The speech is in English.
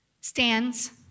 stands